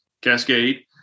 Cascade